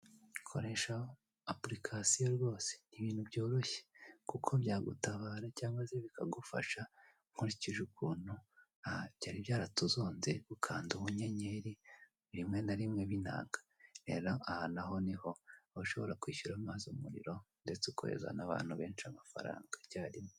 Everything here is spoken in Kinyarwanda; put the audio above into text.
Koresha apurikasiyo rwose ni ibintu byoroshye kuko byagutabara cyangwa se bikagufasha nkurikije ukuntu aha byari byaratuzonze gukanda ubunyenyeri rimwe na rimwe binanga, rero aha naho niho ushobora kwishyura amazi n'umuriro ndetse ukoherereza abantu benshi amafaranga icyarimwe.